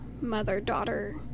mother-daughter